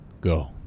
go